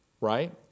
Right